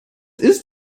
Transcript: ist